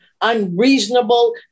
unreasonable